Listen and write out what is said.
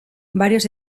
varios